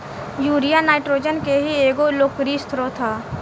urea nitrogen के ही एगो लोकप्रिय स्रोत ह